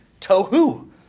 tohu